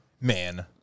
Man